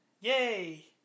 Yay